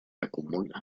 acumula